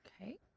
Okay